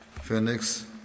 Phoenix